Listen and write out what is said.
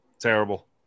Terrible